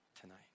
tonight